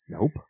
Nope